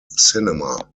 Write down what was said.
cinema